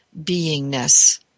beingness